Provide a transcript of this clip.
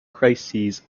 crises